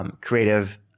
creative